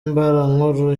mbarankuru